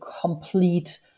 complete